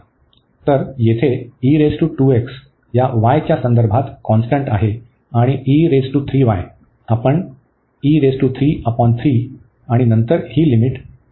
तर येथे या y च्या संदर्भात कॉन्स्टंट आहे आणि आपण आणि नंतर ही लिमिट 0 ते पर्यंत जाईल